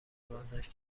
بازداشت